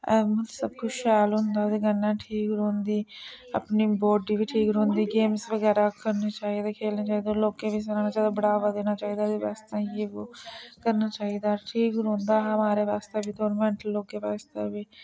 मतलब सब कुछ शैल होंदा ओह्दे कन्नै ठीक रौंह्दी अपनी बाड्डी बी ठीक रौंह्दी गेम्स बगैरा करने चाहिदे खेलने चाहिदे होर लोकें बी सनाना चाहिदा बढ़ावा देना चाहिदा एह्दे बास्तै जे वो करना चाहिदा ठीक रौंह्दा हमारे बास्तै बी लोकें बास्तै बी